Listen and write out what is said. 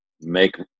make